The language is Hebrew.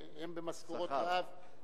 שהם במשכורות רעב,